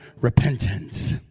repentance